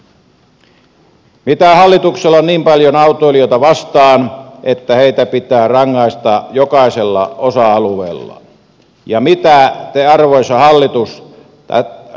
mitä hallituksella on niin paljon autoilijoita vastaan että heitä pitää rangaista jokaisella osa alueella ja mitä te arvoisa hallitus tästä saatte